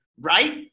right